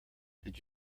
did